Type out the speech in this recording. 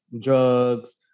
drugs